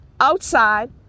outside